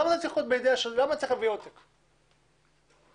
למה צריך להביא עותק של החוזה?